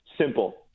Simple